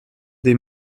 des